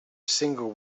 single